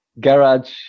garage